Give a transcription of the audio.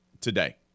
today